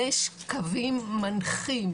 שיש קווים מנחים,